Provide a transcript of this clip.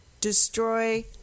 destroy